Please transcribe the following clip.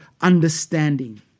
understanding